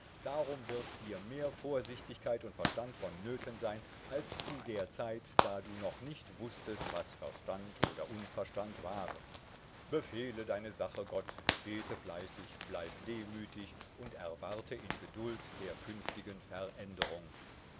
darum wird dir mehr vorsichtigkeit und verstand vonnöten sein als zu der zeit da du noch nicht wußtest was verstand oder unverstand war befehle deine sache gott bete fleißig bleib demütig und erwarte in gedult der künftigen veränderung